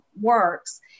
works